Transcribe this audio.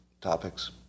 topics